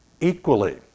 equally